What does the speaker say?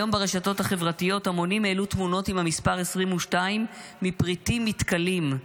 היום ברשתות החברתיות המונים העלו תמונות עם המספר 22 מפריטים מתכלים,